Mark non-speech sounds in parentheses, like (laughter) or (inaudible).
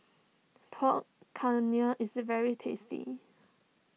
Pork (unintelligible) is very tasty